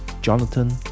Jonathan